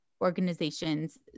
organizations